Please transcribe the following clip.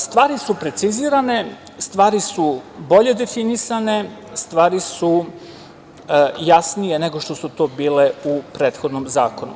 Stvari su precizirane, stvari su bolje definisane, stvari su jasnije nego što su to bile u prethodnom zakonu.